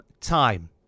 time